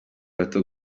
bato